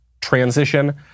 transition